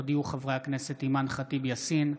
הודיעו חברי הכנסת אימאן ח'טיב יאסין,